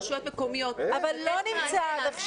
רשויות מקומיות אבל לא מצאו עד עכשיו.